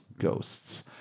ghosts